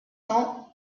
cents